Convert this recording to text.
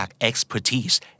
expertise